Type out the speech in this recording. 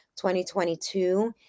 2022